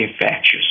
infectious